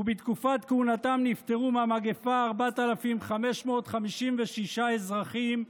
ובתקופת כהונתם נפטרו מהמגפה 4,556 אזרחים,